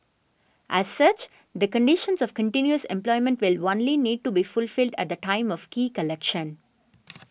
as such the conditions of continuous employment will only need to be fulfilled at the time of key collection